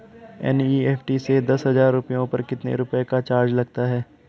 NEFT से दस हजार रुपयों पर कितने रुपए का चार्ज लगता है?